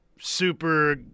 super